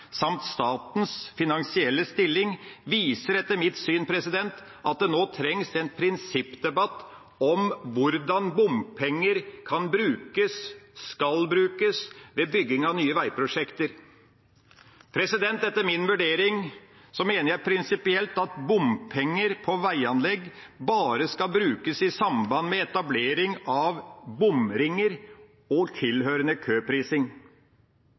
samt statens finansielle stilling – viser etter mitt syn at det nå trengs en prinsippdebatt om hvordan bompenger kan brukes, skal brukes, ved bygging av nye veiprosjekter. Etter min vurdering mener jeg prinsipielt at bompenger på veianlegg bare skal brukes i samband med etablering av bomringer og tilhørende køprising.